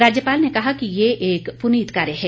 राज्यपाल ने कहा कि ये एक पुनित कार्य है